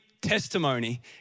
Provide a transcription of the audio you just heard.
testimony